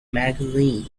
magazine